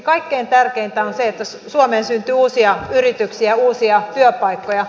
kaikkein tärkeintä on se että suomeen syntyy uusia yrityksiä ja uusia työpaikkoja